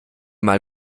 mal